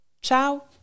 Ciao